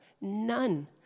None